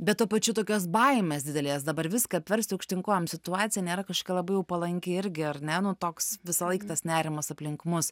bet tuo pačiu tokios baimės didelės dabar viską apversti aukštyn kojom situacija nėra kažkokia labai jau palanki ir ger ne toks visąlaik tas nerimas aplink mus